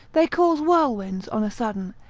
they cause whirlwinds on a sudden,